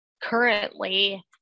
currently